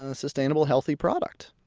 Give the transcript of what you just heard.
ah sustainable, healthy product,